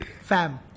fam